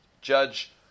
Judge